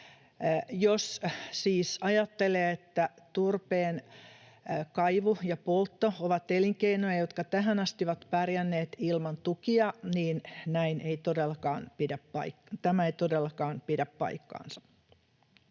siis ajattelee, että turpeen kaivu ja poltto ovat elinkeinoja, jotka tähän asti ovat pärjänneet ilman tukia, niin tämä ei todellakaan pidä paikkaansa.